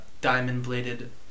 diamond-bladed